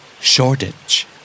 Shortage